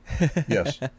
yes